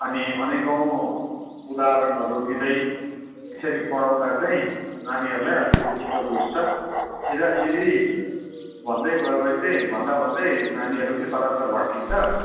अनि अनेकौँ उदाहरणहरू दिँदै यसरी पढाउँदा चाहिँ नानीहरूलाई अलिकति छिटो घुस्छ सिधासिधी भन्दै गयो भने चाहिँ भन्दाभन्दै नानीहरू पनि कता कता भड्किन्छ